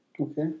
Okay